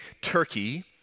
Turkey